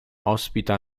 ospita